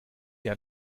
hier